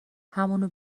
همونو